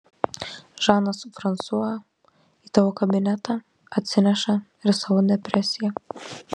žanas fransua į tavo kabinetą atsineša ir savo depresiją